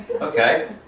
Okay